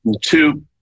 two